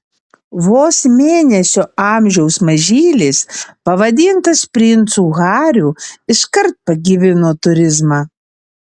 vos mėnesio amžiaus mažylis pavadintas princu hariu iškart pagyvino turizmą